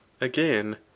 Again